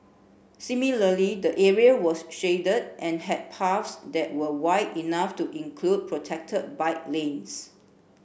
similarly the area was shaded and had paths that were wide enough to include protected bike lanes